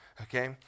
okay